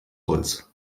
holz